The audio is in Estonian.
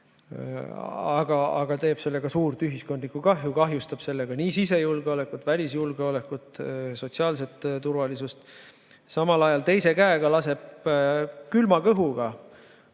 aga teeb sellega suurt ühiskondlikku kahju, kahjustab sellega sisejulgeolekut, välisjulgeolekut, sotsiaalset turvalisust, samal ajal teise käega laseb külma kõhuga